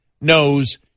knows